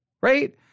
right